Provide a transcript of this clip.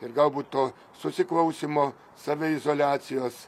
ir galbūt to susiklausymo save izoliacijos